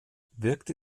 wirkte